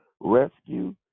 rescue